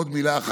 עוד מילה אחת,